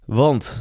want